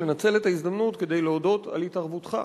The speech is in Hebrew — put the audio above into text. לנצל את ההזמנות כדי להודות על התערבותך,